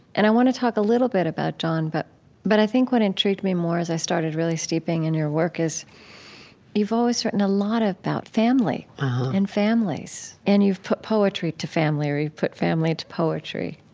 and i want to talk a little bit about john. but but i think what intrigued me more as i started really steeping in your work is you've always written a lot about family and families. and you've put poetry to family or you've put family to poetry